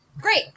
great